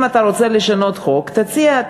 אם אתה רוצה לשנות חוק, תציע.